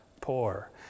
poor